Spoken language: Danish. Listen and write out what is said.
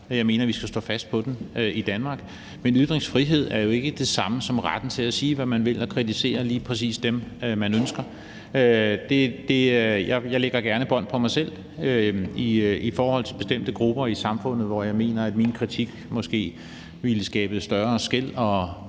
jeg mener, at vi skal stå fast på den i Danmark. Men ytringsfrihed er jo ikke det samme som retten til at sige, hvad man vil, og at kritisere lige præcis dem, man ønsker. Jeg lægger gerne bånd på mig selv i forhold til bestemte grupper i samfundet, hvor jeg mener, at min kritik måske ville skabe større skel og